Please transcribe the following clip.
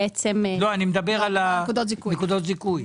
בעצם --- אני מדבר על נקודות הזיכוי.